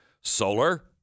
solar